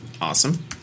Awesome